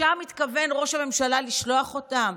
לשם התכוון ראש הממשלה לשלוח אותם?